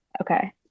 Okay